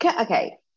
okay